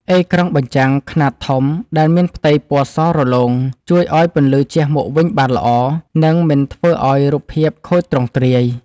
អេក្រង់បញ្ចាំង ខ្នាតធំដែលមានផ្ទៃពណ៌សរលោង ជួយឱ្យពន្លឺជះមកវិញបានល្អ និងមិនធ្វើឱ្យរូបភាពខូចទ្រង់ទ្រាយ។